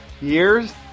years